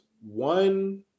one